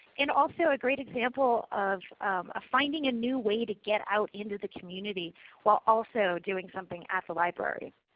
and also a great example of finding a new way to get out into the community while also doing something at the library.